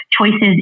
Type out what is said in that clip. choices